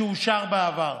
שאושר בעבר.